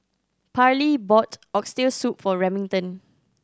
Parley bought Oxtail Soup for Remington